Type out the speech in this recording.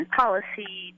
policy